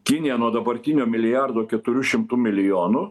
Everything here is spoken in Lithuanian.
kinija nuo dabartinio milijardo keturių šimtų milijonų